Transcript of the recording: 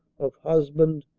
of husband,